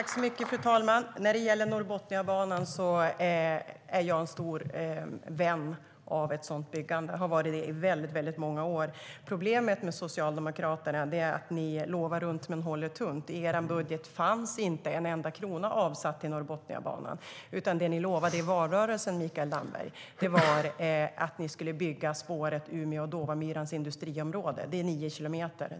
Fru talman! När det gäller Norrbotniabanan är jag en stor vän av ett sådant byggande. Jag har varit det i många år. Problemet med Socialdemokraterna är att ni lovar runt men håller tunt. I er budget fanns inte en enda krona avsatt till Norrbotniabanan. Det ni lovade i valrörelsen, Mikael Damberg, var att ni skulle bygga spåret mellan Umeå och Dåvamyrans industriområde. Det är nio kilometer.